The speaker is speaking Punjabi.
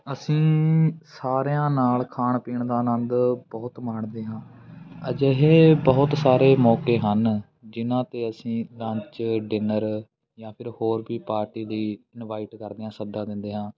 ਅਸੀਂ ਸਾਰਿਆਂ ਨਾਲ ਖਾਣ ਪੀਣ ਦਾ ਆਨੰਦ ਬਹੁਤ ਮਾਣਦੇ ਹਾਂ ਅਜਿਹੇ ਬਹੁਤ ਸਾਰੇ ਮੌਕੇ ਹਨ ਜਿਹਨਾਂ 'ਤੇ ਅਸੀਂ ਲੰਚ ਡਿਨਰ ਜਾਂ ਫਿਰ ਹੋਰ ਵੀ ਪਾਰਟੀ ਦੀ ਇਨਵਾਈਟ ਕਰਦੇ ਹਾਂ ਸੱਦਾ ਦਿੰਦੇ ਹਾਂ